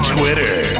Twitter